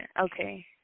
Okay